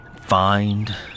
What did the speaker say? find